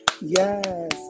Yes